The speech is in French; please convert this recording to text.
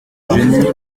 geny